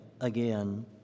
again